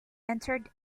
interred